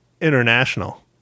International